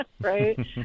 Right